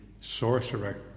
sorcerer